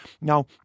Now